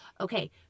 Okay